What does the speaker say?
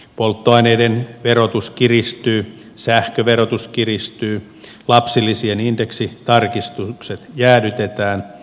polttoaineiden verotus kiristyy sähköverotus kiristyy lapsilisien indeksitarkistukset jäädytetään